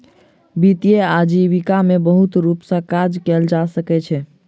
वित्तीय आजीविका में बहुत रूप सॅ काज कयल जा सकै छै